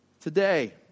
today